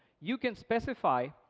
you can specify,